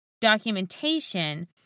documentation